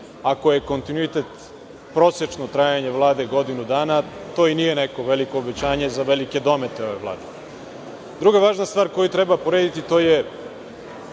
Ako je kontinuitet prosečno trajanje Vlade godinu dana, to i nije neko veliko obećanje za velike domete ove Vlade. Druga važna stvar koju treba uporediti je